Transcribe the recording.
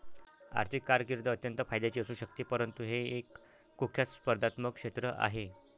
आर्थिक कारकीर्द अत्यंत फायद्याची असू शकते परंतु हे एक कुख्यात स्पर्धात्मक क्षेत्र आहे